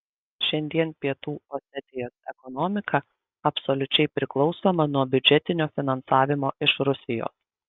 šiandien pietų osetijos ekonomika absoliučiai priklausoma nuo biudžetinio finansavimo iš rusijos